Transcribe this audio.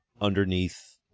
underneath